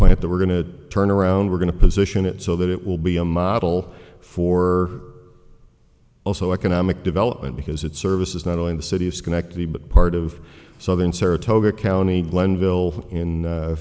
int that we're going to turn around we're going to position it so that it will be a model for also economic development because it services not only the city of schenectady but part of southern saratoga county glenville in